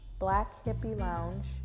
blackhippielounge